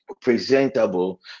presentable